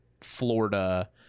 Florida